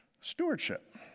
stewardship